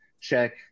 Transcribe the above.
check